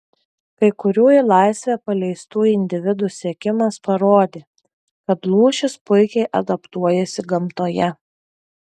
kai kurių į laisvę paleistų individų sekimas parodė kad lūšys puikiai adaptuojasi gamtoje